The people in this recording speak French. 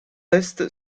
est